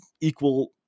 equal